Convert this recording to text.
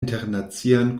internacian